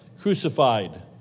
crucified